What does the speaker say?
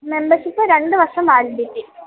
membership രണ്ട് വർഷം validity